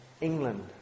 England